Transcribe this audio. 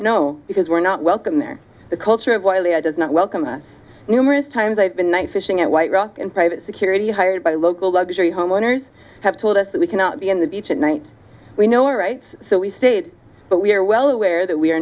no because we're not welcome there the culture of oily i does not welcome numerous times i've been one fishing at white rock and private security hired by local luxury homeowners have told us that we cannot be in the beach at night we know right so we stayed but we are well aware we are